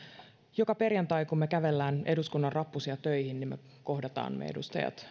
joka perjantai kun me kävelemme eduskunnan rappusia töihin me edustajat